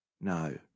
No